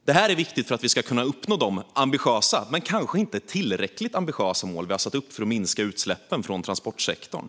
Det är viktigt för att vi ska kunna nå de ambitiösa, men kanske inte tillräckligt ambitiösa, mål vi har satt upp för att minska utsläppen från transportsektorn.